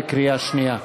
בקריאה שנייה.